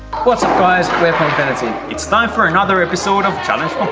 what's up guys! we are pongfinity it's time for another episode of challenge